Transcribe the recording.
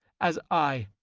as i,